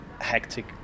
hectic